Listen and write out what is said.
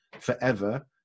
forever